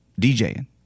DJing